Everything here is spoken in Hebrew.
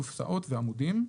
קופסאות ועמודים"."